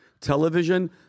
television